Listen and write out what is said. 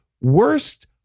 worst